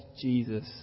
Jesus